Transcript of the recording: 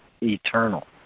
eternal